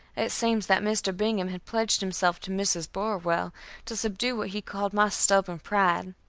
it seems that mr. bingham had pledged himself to mrs. burwell to subdue what he called my stubborn pride.